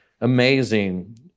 amazing